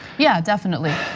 yeah, definitely.